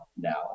now